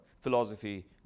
philosophy